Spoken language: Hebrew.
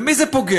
במי זה פוגע?